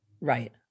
Right